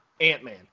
Ant-Man